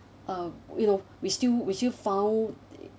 uh you know we still we still found